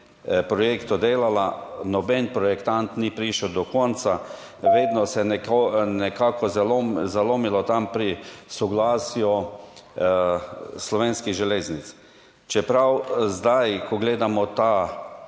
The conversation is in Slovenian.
projektu, noben projektant ni prišel do konca, vedno se je nekako zalomilo pri soglasju Slovenskih železnic. Čeprav zdaj, ko gledamo ta